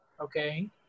okay